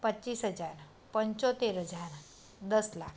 પચીસ હજાર પંચોતેર હજાર દસ લાખ